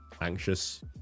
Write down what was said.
anxious